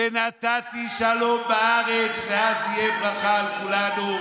ונתתי שלום בארץ", ואז תהיה ברכה על כולנו.